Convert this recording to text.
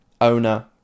owner